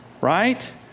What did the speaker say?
Right